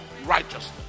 Righteousness